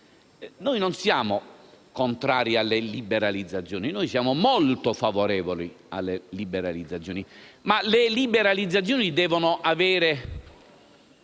Noi non siamo contrari alle liberalizzazioni. Noi siamo molto favorevoli alle liberalizzazioni, ma le liberalizzazioni devono avere